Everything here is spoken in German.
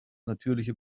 natürliche